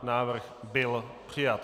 Návrh byl přijat.